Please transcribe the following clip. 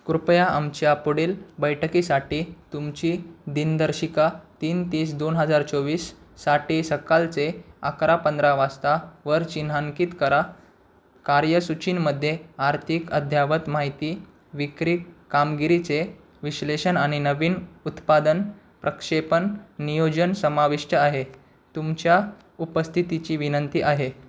कृपया आमच्या पुढील बैठकीसाठी तुमची दिनदर्शिका तीन तीस दोन हजार चोवीससाठी सकाळचे अकरा पंधरा वाजता वर चिन्हांकित करा कार्यसूचींमध्ये आर्थिक अद्ययावत माहिती विक्री कामगिरीचे विश्लेषण आणि नवीन उत्पादन प्रक्षेपण नियोजन समाविष्ट आहे तुमच्या उपस्थितीची विनंती आहे